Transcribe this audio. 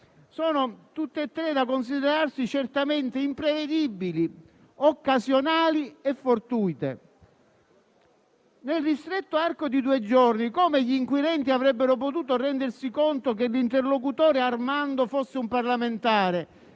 sono tutte e tre da considerarsi certamente imprevedibili, occasionali e fortuite. Nel ristretto arco di due giorni, come avrebbero potuto rendersi conto gli inquirenti che l'interlocutore "Armando" fosse un parlamentare